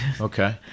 Okay